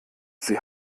sie